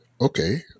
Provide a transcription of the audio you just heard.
okay